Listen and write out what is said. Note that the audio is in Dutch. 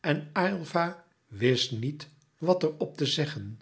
en aylva wist niet wat er op te zeggen